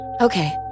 Okay